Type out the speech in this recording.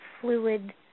fluid